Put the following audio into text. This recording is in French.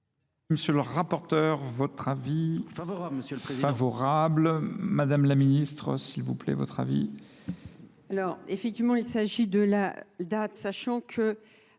Monsieur le rapporteur, votre avis ? Favorable, monsieur le Président. Favorable. Madame la Ministre, s'il vous plaît, votre avis ? Alors, effectivement, il s'agit de la date, sachant que